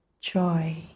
joy